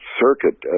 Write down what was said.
circuit